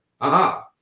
aha